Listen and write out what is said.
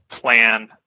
plan